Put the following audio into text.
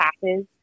passes